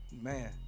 Man